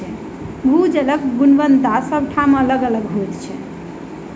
भू जलक गुणवत्ता सभ ठाम अलग अलग होइत छै